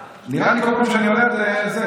נראה לי כל פעם שאני עולה את זה,